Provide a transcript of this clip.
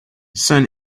sun